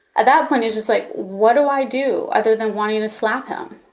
at that point you're just like, what do i do, other than wanting to slap him?